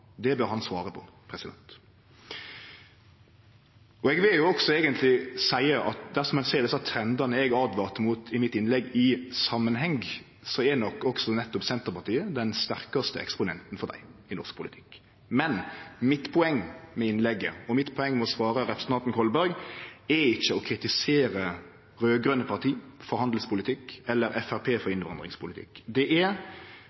Det bør han svare på. Eg vil også eigentleg seie at dersom ein ser desse trendane eg åtvara mot i mitt innlegg, i samanheng, er nok også nettopp Senterpartiet den sterkaste eksponenten for dei i norsk politikk. Men mitt poeng med innlegget og mitt poeng med å svare representanten Kolberg er ikkje å kritisere raud-grøne parti for handelspolitikk eller Framstegspartiet for innvandringspolitikk; det er